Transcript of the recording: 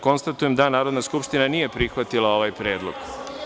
Konstatujem da Narodna skupština nije prihvatila ovaj predlog.